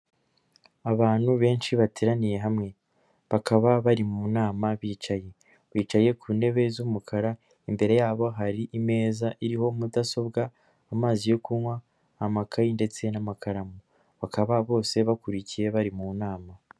Abantu benshi bateraniye hamwe bakaba bari mu nama bicaye, bicaye ku ntebe z'umukara, imbere yabo hari imeza iriho mudasobwa, amazi yo kunywa, amakaye ndetse n'amakaramu, bakaba bose bakurikiye bari mu nama.